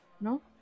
No